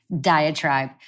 diatribe